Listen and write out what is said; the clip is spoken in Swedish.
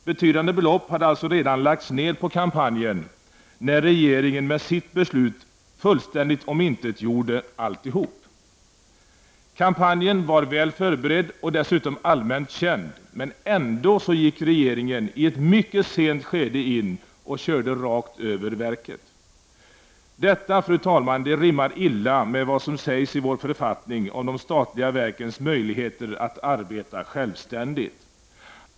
Betydande belopp hade alltså redan lagts ned på kampanjen när regeringen med sitt beslut fullständigt omintetgjorde alltihop. Kampanjen var väl förberedd och dessutom allmänt känd, men ändå gick regeringen i ett mycket sent skede in och körde rakt över verket. Detta, fru talman, rimmar illa med vad som sägs i vår författning om de statliga verkens möjligheter att arbeta självständigt.